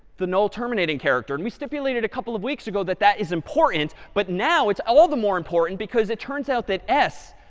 the null terminating character. and we stipulated a couple of weeks ago that that is important. but now it's all the more important because it turns out that s,